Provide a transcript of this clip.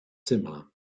similar